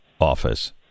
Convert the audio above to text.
office